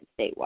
statewide